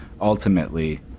ultimately